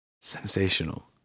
Sensational